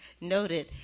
noted